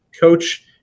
coach